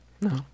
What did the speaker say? no